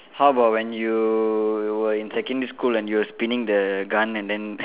how about when you were in secondary school and you were spinning the gun and then